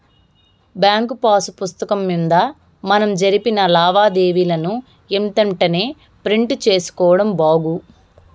bank pass పుస్తకం మింద మనం జరిపిన లావాదేవీలని ఎంతెంటనే ప్రింట్ సేసుకోడం బాగు